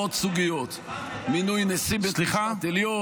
בעוד סוגיות: מינוי נשיא בית משפט עליון -- סליחה,